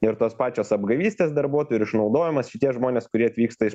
ir tos pačios apgavystės darbuotojų ir išnaudojimas šitie žmonės kurie atvyksta iš